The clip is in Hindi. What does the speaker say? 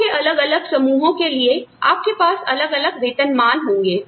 लोगों के अलग अलग समूहों के लिए आपके पास अलग अलग वेतन मान होंगे